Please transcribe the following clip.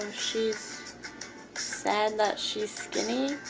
she's sad that she's skinny?